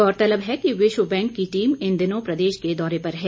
गौरतलव है कि विश्व बैंक की टीम इन दिनों प्रदेश के दौरे पर है